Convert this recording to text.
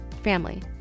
family